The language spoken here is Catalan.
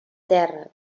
terra